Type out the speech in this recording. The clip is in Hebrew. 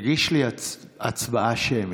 אחרון הדוברים מגיש לי הצבעה שמית.